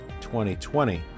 2020